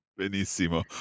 Benissimo